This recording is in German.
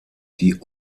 die